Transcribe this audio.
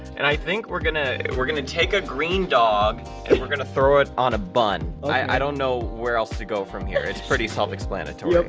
and i think we're gonna we're gonna take a green dog and we're gonna throw it on a bun. i don't know where else to go from here. it's pretty self explanatory.